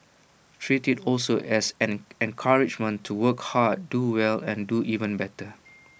treat IT also as an encouragement to work hard do well and do even better